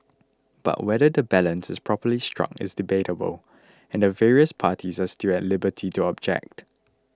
but whether the balance is properly struck is debatable and the various parties are still at liberty to object